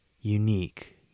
unique